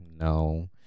no